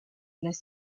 las